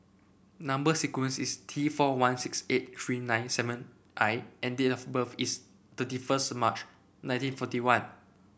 number sequence is T four one six eight three nine seven I and date of birth is thirty first March nineteen forty one